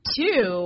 two